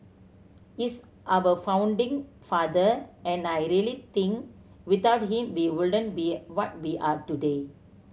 he's our founding father and I really think without him we wouldn't be what we are today